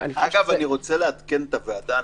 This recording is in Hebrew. שהוא המעורר הראשון,